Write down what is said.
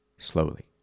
Slowly